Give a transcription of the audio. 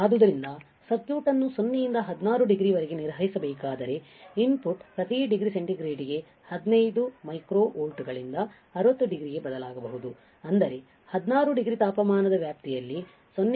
ಆದ್ದರಿಂದ ಸರ್ಕ್ಯೂಟ್ ಅನ್ನು 0 ಯಿಂದ 16 ಡಿಗ್ರಿ ವರೆಗೆ ನಿರ್ವಹಿಸಬೇಕಾದರೆ ಇನ್ಪುಟ್ ಪ್ರತಿ ಡಿಗ್ರಿ ಸೆಂಟಿಗ್ರೇಡ್ಗೆ 15 ಮೈಕ್ರೋ ವೋಲ್ಟ್ಗಳಿಂದ 60 ಡಿಗ್ರಿಗೆ ಬದಲಾಗಬಹುದು ಅಂದರೆ 16 ಡಿಗ್ರಿ ತಾಪಮಾನದ ವ್ಯಾಪ್ತಿಯಲ್ಲಿ 0